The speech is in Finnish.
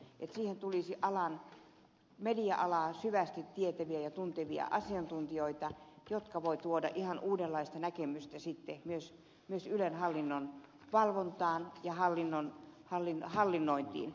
sinne tulisi media alaa syvästi tietäviä ja tuntevia asiantuntijoita jotka voivat tuoda ihan uudenlaista näkemystä myös ylen hallinnon valvontaan ja hallinnointiin